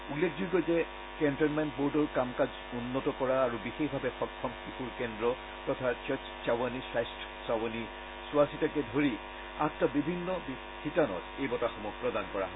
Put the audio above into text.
উল্লেখযোগ্য যে কেণ্টনমেণ্ট বোৰ্ডৰ কাম কাজ উন্নত কৰা আৰু বিশেষভাৱে সক্ষম শিশুৰ কেন্দ্ৰ তথা স্বচ্ছ চ্ছাৱনী স্ব্যস্থ চ্ছাৱনী চোৱাচিতাকে ধৰি আঠটা ভিন ভিন শিতানত এই বঁটাসমূহ প্ৰদান কৰা হয়